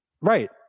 Right